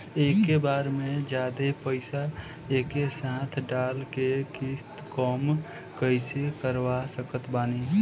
एके बार मे जादे पईसा एके साथे डाल के किश्त कम कैसे करवा सकत बानी?